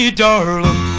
darling